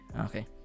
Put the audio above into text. Okay